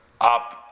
up